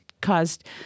caused